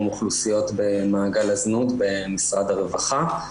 אוכלוסיות במעגל הזנות במשרד הרווחה.